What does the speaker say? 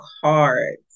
cards